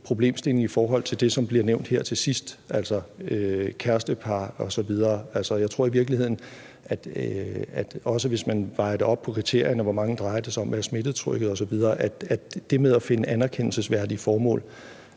problemstillingen i forhold til det, som bliver nævnt her til sidst, altså kærestepar osv. Jeg tror i virkeligheden – også hvis man vejer det op på kriterierne: hvor mange drejer det sig om, hvad er smittetrykket osv. – at man